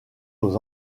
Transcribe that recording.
aux